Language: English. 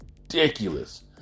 ridiculous